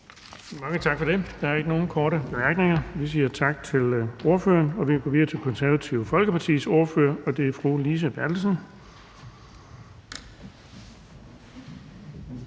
Bonnesen): Der er ikke nogen korte bemærkninger. Vi siger tak til ordføreren, og vi går videre til Det Konservative Folkepartis ordfører, og det er fru Lise Bertelsen.